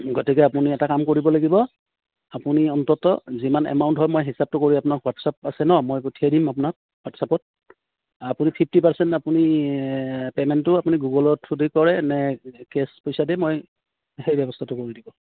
গতিকে আপুনি এটা কাম কৰিব লাগিব আপুনি অন্ততঃ যিমান এমাউণ্ট হয় মই হিচাপটো কৰি আপোনাক হোৱাটছআপ আছে ন মই পঠিয়াই দিম আপোনাক হোৱাটছআপত আপুনি ফিফ্টি পাৰ্চেণ্ট আপুনি পে'মেণ্টটো আপুনি গুগলৰ থ্ৰুৰেড কৰে নে কেশ্ব পইচা দিয়ে মই সেই ব্যৱস্থাটো কৰি দিব